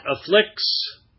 afflicts